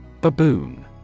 Baboon